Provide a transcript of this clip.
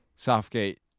Southgate